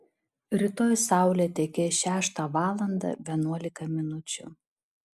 rytoj saulė tekės šeštą valandą vienuolika minučių